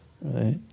right